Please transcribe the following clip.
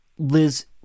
Liz